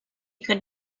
could